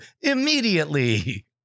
immediately